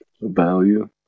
value